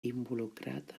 involucrat